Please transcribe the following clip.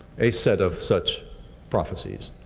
a set of such prophecies.